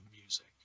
music